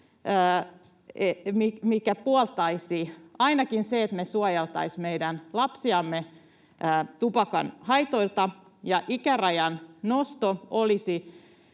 mitkä puoltaisivat ainakin sitä, että me suojeltaisiin meidän lapsiamme tupakan haitoilta. Ikärajan nosto olisi